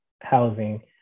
housing